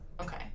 Okay